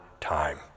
time